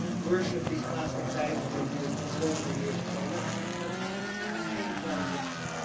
worship these plastic bags as we do to a billion a year. so let's let's change that addiction.